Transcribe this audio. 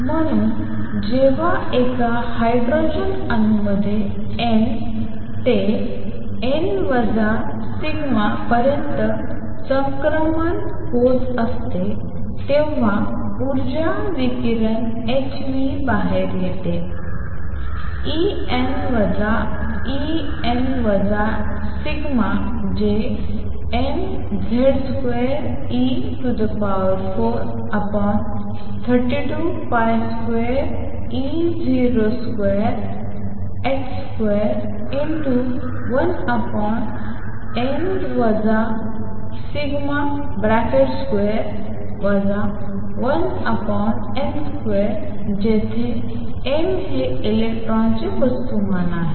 म्हणून जेव्हा एका हायड्रोजन अणूमध्ये n ते n τ पर्यंत संक्रमण होत असते तेव्हा उर्जा विकिरण h ν बाहेर येते En En τ जे mZ2e432202h21n τ2 1n2 जेथे m हे इलेक्ट्रॉनचे वस्तुमान आहे